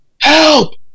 Help